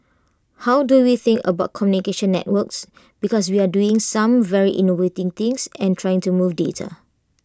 how do we think about communication networks because we are doing some very innovative things and trying to move data